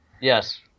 Yes